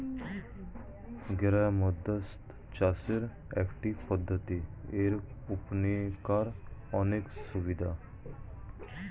গৃহমধ্যস্থ চাষের একটি পদ্ধতি, এরওপনিক্সের অনেক সুবিধা